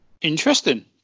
Interesting